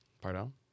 Pardon